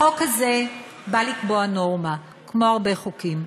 החוק הזה בא לקבוע נורמה כמו הרבה חוקים,